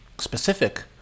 specific